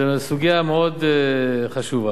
זו סוגיה מאוד חשובה.